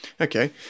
Okay